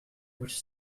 which